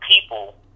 people